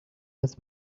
his